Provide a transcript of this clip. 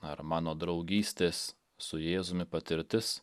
ar mano draugystės su jėzumi patirtis